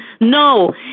No